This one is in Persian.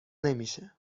نمیشه